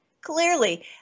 clearly